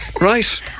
right